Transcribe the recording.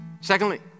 Secondly